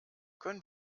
können